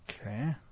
Okay